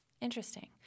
Interesting